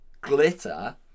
glitter